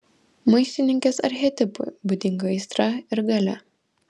maištininkės archetipui būdinga aistra ir galia